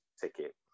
ticket